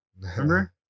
Remember